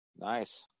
nice